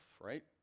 right